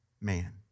man